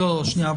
שנייה.